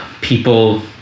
people